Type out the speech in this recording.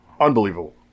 Unbelievable